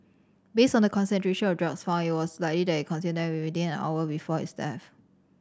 based on the concentration of drugs found it was likely that consumed them within an hour before his death